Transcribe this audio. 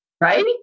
right